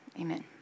amen